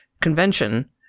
convention